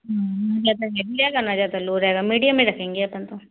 न ज़्यादा लो रहेगा मीडियम रखेंगे अपन